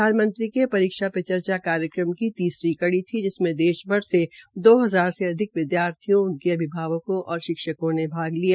प्रधानमंत्री ने ये परीक्षा पे चर्चा कार्यक्रम की तीसरी कड़ी थी जिसमें देश भर से दो हजार से अधिक विद्यार्थियों उनके अभिभावकों और शिक्षकों ने हिस्सा लिया